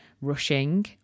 rushing